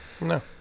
No